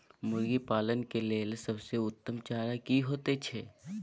मुर्गी पालन के लेल सबसे उत्तम चारा की होयत छै?